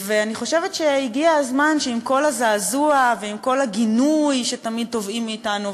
אני חושבת שהגיע הזמן שעם כל הזעזוע ועם כל הגינוי שתמיד תובעים מאתנו,